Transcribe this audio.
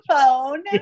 phone